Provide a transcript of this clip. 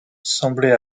semblait